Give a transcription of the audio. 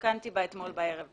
תוקן הנוסח בסיפא של הסעיף.